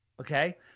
Okay